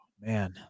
man